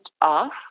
off